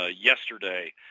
yesterday